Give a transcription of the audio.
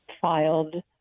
filed